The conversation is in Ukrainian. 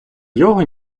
його